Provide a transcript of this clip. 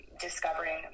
discovering